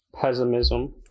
pessimism